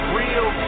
real